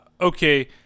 okay